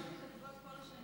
המלגות מתעכבות כל השנה.